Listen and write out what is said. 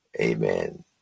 Amen